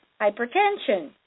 hypertension